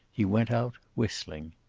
he went out, whistling.